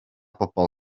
bobl